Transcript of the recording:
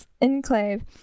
enclave